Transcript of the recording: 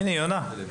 הינה, היא עונה.